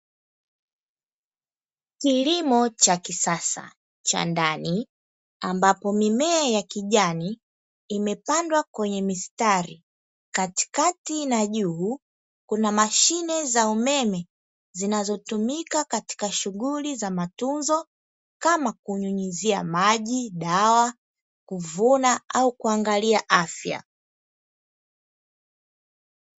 Kilimo cha kisasa cha ndani ambapo mimea ya kijani imepandwa kwenye mistari, katikati na juu kuna mashine za umeme zinazotumika katika shughuli za matunzo kama: kunyunyizia maji, dawa, kuvuna au kuangalia afya.